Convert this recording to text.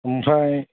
ओमफ्राय